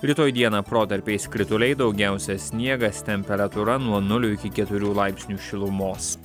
rytoj dieną protarpiais krituliai daugiausia sniegas temperatūra nuo nulio iki keturių laipsnių šilumos